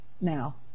now